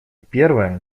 первая